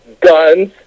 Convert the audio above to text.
guns